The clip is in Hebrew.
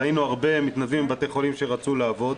ראינו הרבה מתנדבים בבתי חולים שרצו לעבוד